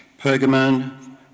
Pergamon